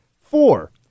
Four